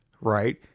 right